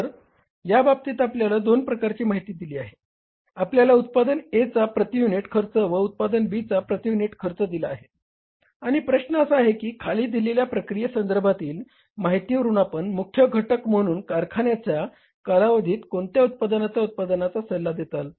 तर या बाबतीत आपल्याला दोन प्रकारची माहिती दिली आहे आपल्याला उत्पादन A चा प्रती युनिट खर्च व उत्पादन B चा प्रती युनिट खर्च दिला आहे आणि प्रश्न असा आहे की खाली दिलेल्या प्रक्रिये संदर्भातील माहितीवरून आपण मुख्य घटक म्हणून कारखाण्याच्या कालावधीत कोणत्या उत्पादनाच्या उत्पादनाचा सल्ला देताल